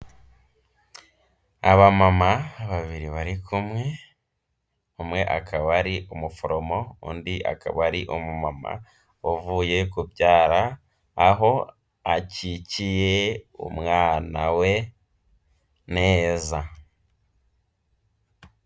Abamama babiri bari kumwe, umwe akaba ari umuforomo, undi akaba ari umumama uvuye kubyara, aho akikiye umwana we neza.